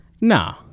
Nah